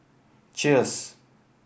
cheers